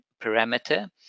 parameter